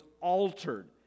altered